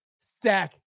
sack